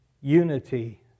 unity